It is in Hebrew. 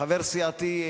חבר סיעתי,